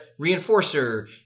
reinforcer